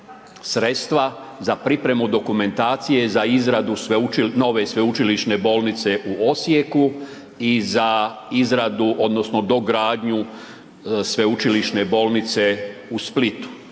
sredstva za pripremu dokumentacije za izradu nove Sveučilišne bolnice u Osijeku i za izradu odnosno dogradnju Sveučilišne bolnice u Splitu.